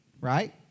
right